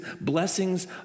blessings